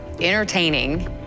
entertaining